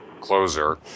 closer